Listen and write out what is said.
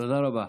תודה רבה.